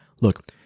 Look